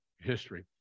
history